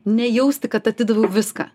nejausti kad atidaviau viską